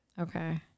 Okay